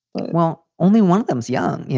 but well, only one of them's young. you